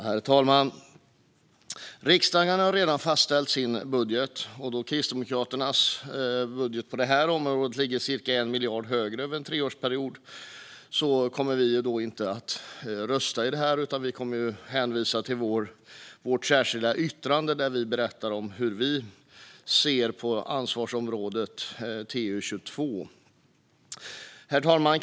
Herr talman! Riksdagen har redan fastställt budgeten. Då Kristdemokraternas budget på detta område ligger ca 1 miljard kronor högre över en treårsperiod kommer vi inte att rösta om detta utan hänvisa till vårt särskilda yttrande där vi berättar hur vi ser på utgiftsområde 22. Herr talman!